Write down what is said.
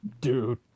dude